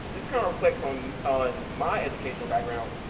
this kind of reflects on on my educational background,